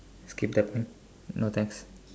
skip that one no thanks